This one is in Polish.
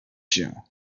się